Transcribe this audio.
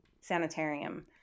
sanitarium